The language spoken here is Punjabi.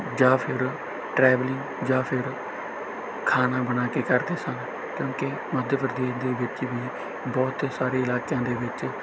ਜਾਂ ਫਿਰ ਟਰੈਵਲਿੰਗ ਜਾਂ ਫਿਰ ਖਾਣਾ ਬਣਾ ਕੇ ਕਰਦੇ ਸਨ ਕਿਉਂਕਿ ਮੱਧ ਪ੍ਰਦੇਸ਼ ਦੇ ਵਿੱਚ ਵੀ ਬਹੁਤ ਸਾਰੇ ਇਲਾਕਿਆਂ ਦੇ ਵਿੱਚ